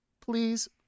please